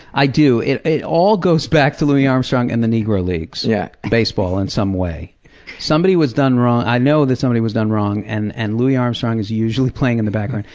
i do. it it all goes back to louis armstrong and the negro leagues. yeah baseball in someway. somebody was done wrong, i know that somebody was done wrong, and and louis armstrong is usually playing in the background,